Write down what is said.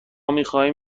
میخواهیم